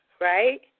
right